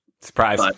surprise